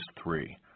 three